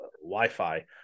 Wi-Fi